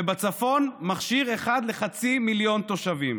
ובצפון, מכשיר אחד לחצי מיליון תושבים.